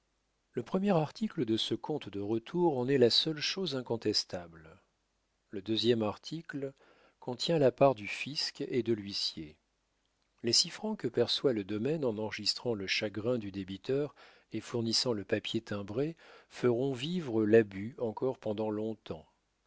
le premier article de ce compte de retour en est la seule chose incontestable le deuxième article contient la part du fisc et de l'huissier les six francs que perçoit le domaine en enregistrant le chagrin du débiteur et fournissant le papier timbré feront vivre l'abus encore pendant long-temps